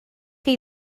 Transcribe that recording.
chi